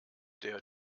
der